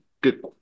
good